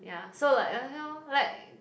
yeah so like okay lor like